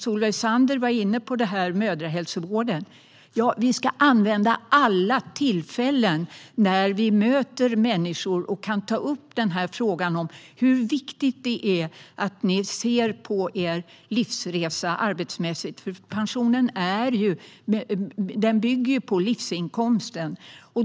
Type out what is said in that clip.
Solveig Zander var inne på detta med mödrahälsovården. Ja, vi ska använda alla tillfällen när vi möter människor att ta upp frågan om hur viktigt det är att man ser på sin livsresa arbetsmässigt. Pensionen bygger ju på livsinkomsten.